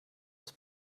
des